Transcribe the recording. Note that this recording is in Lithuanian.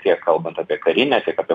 tiek kalbant apie karinę tiek apie